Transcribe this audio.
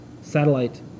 satellite